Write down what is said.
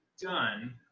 done